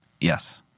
Yes